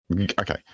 Okay